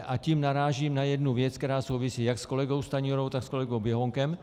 A tím narážím na jednu věc, která souvisí jak s kolegou Stanjurou, tak s kolegou Běhounkem.